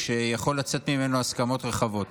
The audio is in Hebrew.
ושיכולות לצאת ממנו הסכמות רחבות.